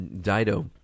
Dido